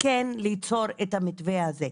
כן ליצור את המתווה הזה.